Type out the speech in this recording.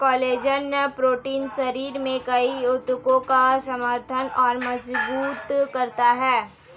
collagen protein शरीर में कई ऊतकों का समर्थन और मजबूत करता है